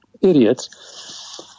idiots